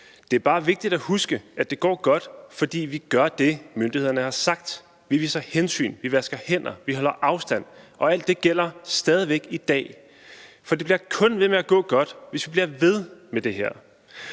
Det er bare vigtigt at huske, at det går godt, fordi vi gør det, myndighederne har sagt: Vi viser hensyn, vi vasker hænder, og vi holder afstand. Alt det gælder stadig væk i dag, for det bliver kun ved med at gå godt, hvis vi bliver ved med det her,